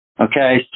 Okay